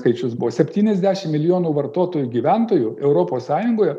skaičius buvo septyniasdešim milijonų vartotojų gyventojų europos sąjungoje